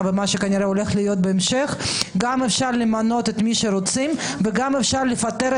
יש מגמות שהם חשובות בעניינו ואפשר גם לעגן אותם בחוק שמבטא את